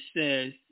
says